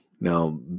Now